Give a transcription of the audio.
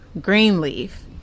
Greenleaf